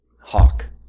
hawk